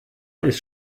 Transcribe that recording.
ist